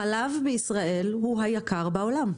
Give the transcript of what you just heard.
החלב בישראל הוא היקר בעולם.